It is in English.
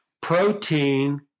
Protein